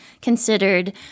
considered